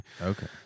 Okay